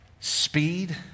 Speed